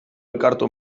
elkartu